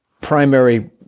primary